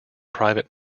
private